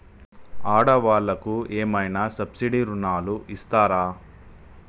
ఆడ వాళ్ళకు ఏమైనా సబ్సిడీ రుణాలు ఇస్తారా?